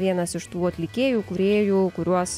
vienas iš tų atlikėjų kūrėjų kuriuos